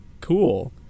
cool